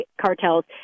cartels